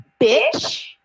bitch